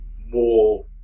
more